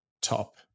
top